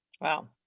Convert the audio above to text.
Wow